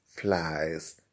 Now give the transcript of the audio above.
flies